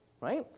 right